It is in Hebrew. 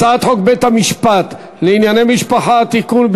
הצעת חוק בית-המשפט לענייני משפחה (תיקון,